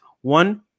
one